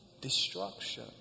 destruction